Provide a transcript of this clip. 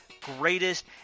greatest